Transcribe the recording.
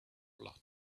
blood